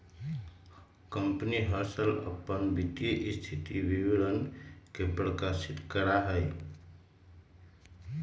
company हर साल अपन वित्तीय स्थिति विवरण के प्रकाशित करा हई